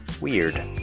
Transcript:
Weird